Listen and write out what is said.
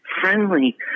friendly